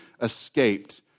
escaped